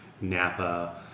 Napa